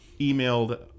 emailed